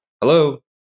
Hello